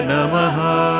Namaha